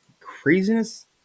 craziness